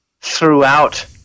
throughout